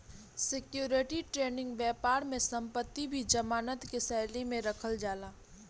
security trading बैपार में संपत्ति भी जमानत के शैली में रखल जाला